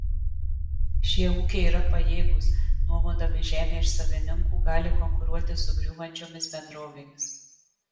šie ūkiai yra pajėgūs nuomodami žemę iš savininkų gali konkuruoti su griūvančiomis bendrovėmis